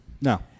No